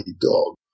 dog